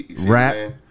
rap